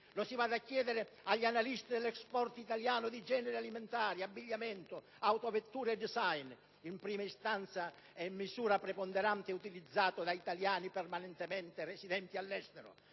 Lo si vada a chiedere agli analisti dell'*export* italiano di generi alimentari, abbigliamento, autovetture e *design*, in prima istanza e in misura preponderante utilizzato da italiani permanentemente residenti all'estero.